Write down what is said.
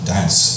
Dance